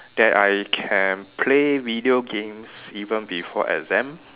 that I can play video games even before exam